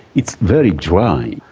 it's very dry,